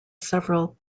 several